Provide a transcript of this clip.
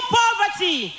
poverty